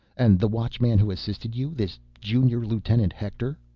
and the watchman who assisted you, this junior lieutenant hector,